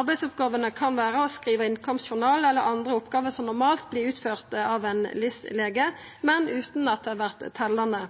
Arbeidsoppgåvene kan vera å skriva innkomstjournal eller andre oppgåver som normalt vert utførte av ein LIS-lege, men utan at det